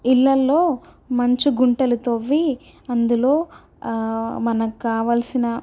ఇళ్ళల్లో మంచు గుంటలు త్రవ్వి అందులో మనకి కావలసిన